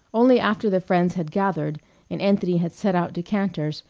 only after the friends had gathered and anthony had set out decanters,